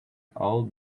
all